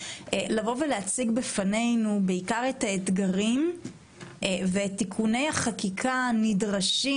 לבוא ולהציג בפנינו את האתגרים ואת תיקוני החקיקה הנדרשים,